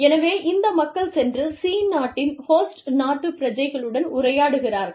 எனவே இந்த மக்கள் சென்று C நாட்டின் ஹோஸ்ட் நாட்டுப் பிரஜைகளுடன் உரையாடுகிறார்கள்